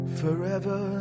forever